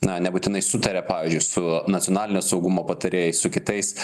na nebūtinai sutaria pavyzdžiui su nacionalinio saugumo patarėjais su kitais